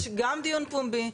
יש גם דיון פומבי,